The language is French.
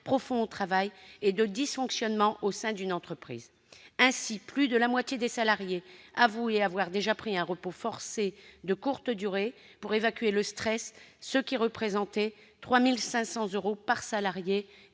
profond au travail et de dysfonctionnements au sein d'une entreprise. Ainsi, plus de la moitié des salariés avouaient avoir déjà pris un repos forcé de courte durée pour évacuer le stress, ce qui représentait 3 500 euros par salarié